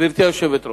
כוונתי לשכונות גאולה,